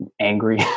angry